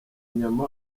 nyama